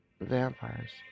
vampires